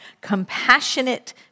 compassionate